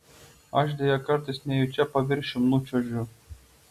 aš deja kartais nejučia paviršium nučiuožiu